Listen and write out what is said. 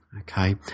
okay